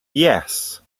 yes